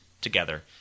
together